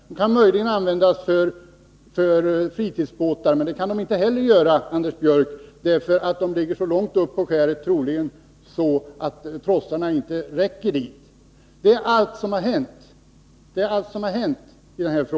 De kunde möjligen användas för fritidsbåtar, men det kan man inte heller göra, eftersom de är fästade så långt uppe på skäret att trossarna inte skulle räcka. Det är allt som har hänt i